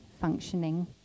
functioning